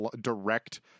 direct